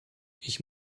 ich